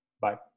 Bye